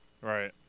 Right